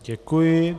Děkuji.